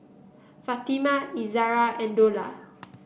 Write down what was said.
Fatimah Izara and Dollah